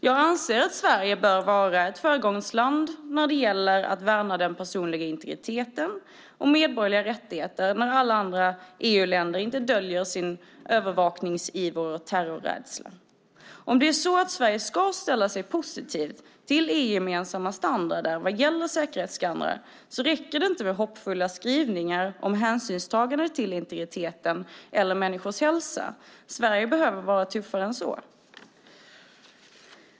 Jag anser nämligen att Sverige bör vara ett föregångsland när det gäller att värna den personliga integriteten och medborgerliga rättigheter när alla andra EU-länder inte döljer sin övervakningsiver och terrorrädsla. Om Sverige ska ställa sig positivt till EU-gemensamma standarder när det gäller säkerhetsskannrar räcker det inte med hoppfulla skrivningar om hänsynstagande till integriteten eller människors hälsa. Sverige behöver vara tuffare än så.